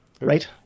right